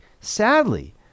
Sadly